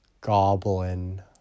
Goblin